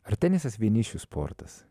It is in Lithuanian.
ar tenisas vienišių sportas